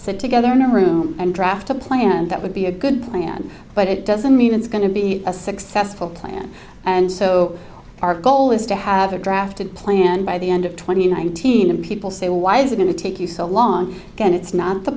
sit together in a room and draft a plan that would be a good plan but it doesn't mean it's going to be a successful plan and so our goal is to have a drafted plan by the end of twenty nineteen and people say why is it gonna take you so long and it's not the